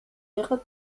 ihre